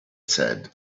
said